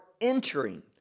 entering